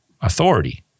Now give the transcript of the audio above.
authority